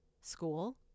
school